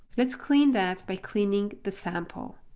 let's clean that by cleaning the sample.